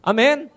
Amen